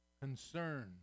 concern